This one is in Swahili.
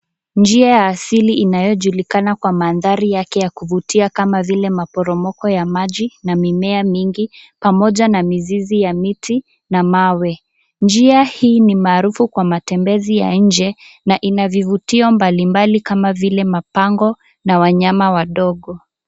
Njia ya asili inayojulikana kwa mandhari yake ya kuvutia kama vile maporomoko ya maji na mimea mingi pamoja na mizizi ya miti na mawe. Njia hii ni maarufu Kwa matembezi ya nje na ina vivutio mbalimbali kama vile mapango na wanyama wadogo.